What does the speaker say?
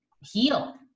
heal